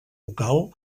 local